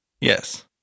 Yes